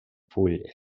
full